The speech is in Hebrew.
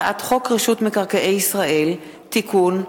הצעת חוק רשות מקרקעי ישראל (תיקון,